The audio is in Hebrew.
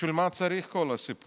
בשביל מה צריך את כל הסיפור?